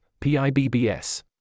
PIBBS